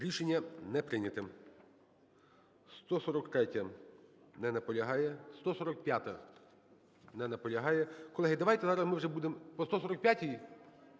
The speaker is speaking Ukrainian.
Рішення не прийнято. 143-я. Не наполягає. 145-а. Не наполягає. Колеги, давайте ми вже будемо по 145-й.